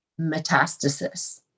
metastasis